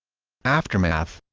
aftermath